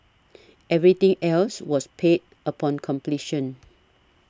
everything else was paid upon completion